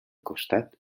costat